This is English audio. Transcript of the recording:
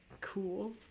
cool